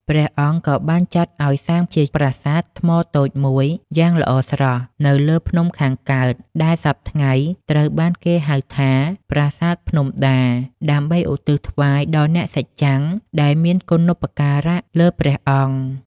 ព្រះអង្គក៏បានចាត់ឲ្យសាងជាប្រាសាទថ្មតូចមួយយ៉ាងល្អស្រស់នៅលើភ្នំខាងកើត ដែលសព្វថ្ងៃត្រូវបានគេហៅថាប្រាសាទភ្នំដា ដើម្បីឧទ្ទិសថ្វាយដល់អ្នកសច្ចំ ដែលមានគុណឧបការៈលើព្រះអង្គ។